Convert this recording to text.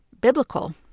biblical